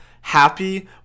happy